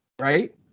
right